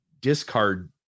discard